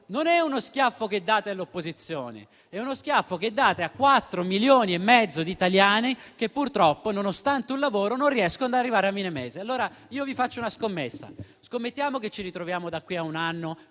non è uno schiaffo che date all'opposizione; è uno schiaffo che date a quattro milioni e mezzo di italiani che, purtroppo, nonostante un lavoro, non riescono ad arrivare a fine mese. Allora, io faccio una scommessa. Scommettiamo che, da qui a un anno,